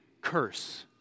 curse